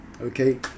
Okay